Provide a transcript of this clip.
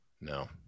No